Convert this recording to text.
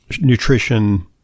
nutrition